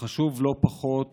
וחשוב לא פחות